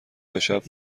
تاشب